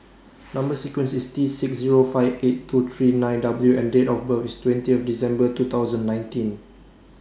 Number sequence IS T six Zero five eight two three nine W and Date of birth IS twenty of December two thousand nineteen